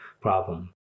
problem